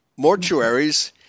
mortuaries